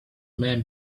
men